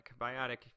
biotic